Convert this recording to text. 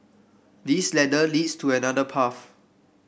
this ladder leads to another path